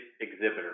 exhibitor